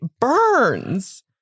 burns